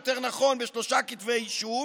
יותר נכון בשלושה כתבי אישום,